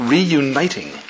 Reuniting